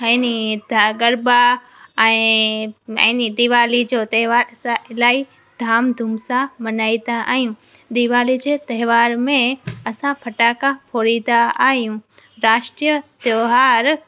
ऐंनी त गरबा ऐं ऐंनी दीवाली जो तहिवार असां इलाही धामधूम सां मनाईंदा आहियूं दीवाली जे तहिवार में असां फटाखा फोड़ीदा आहियूं राष्ट्रीय त्योहार